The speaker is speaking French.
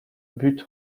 but